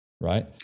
right